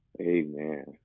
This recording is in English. Amen